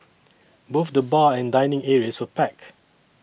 both the bar and dining areas were packed